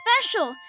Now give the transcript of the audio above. special